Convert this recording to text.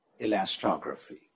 elastography